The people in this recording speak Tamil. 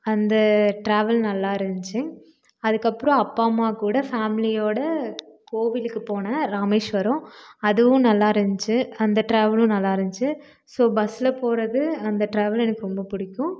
அந்த டிராவல் நல்லா இருந்துச்சி அதுக்கப்புறம் அப்பா அம்மா கூட ஃபேமிலியோட கோவிலுக்கு போனேன் ராமேஸ்வரம் அதுவும் நல்லா இருந்துச்சி அந்த டிராவலும் நல்லா இருந்துச்சி ஸோ பஸ்ஸில் போகிறது அந்த டிராவல் எனக்கு ரொம்ப பிடிக்கும்